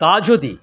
তা যদি